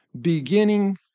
beginning